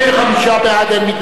להצביע.